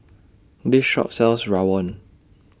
This Shop sells Rawon